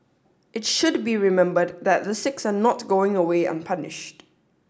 it should be remembered that the six are not going away unpunished